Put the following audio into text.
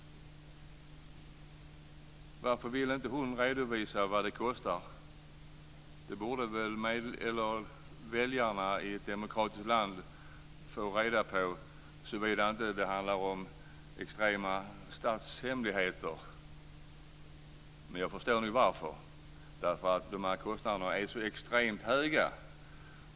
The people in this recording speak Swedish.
Varför vill hon inte redovisa vad det kostar? Det borde väl väljarna i ett demokratiskt land få reda på, såvida det inte handlar om extrema statshemligheter. Men jag förstår nog varför. Det är därför att kostnaderna är så extremt höga.